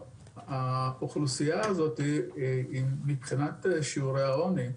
האוכלוסייה הזאת, מבחינת שיעורי העוני,